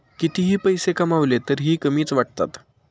कितीही पैसे कमावले तरीही कमीच वाटतात